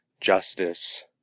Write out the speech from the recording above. justice